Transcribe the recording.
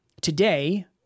today